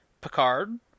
Picard